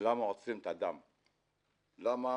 למה